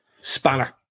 spanner